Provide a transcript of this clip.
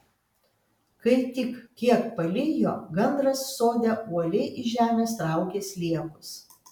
kai tik kiek palijo gandras sode uoliai iš žemės traukė sliekus